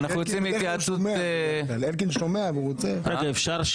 אנחנו יוצאים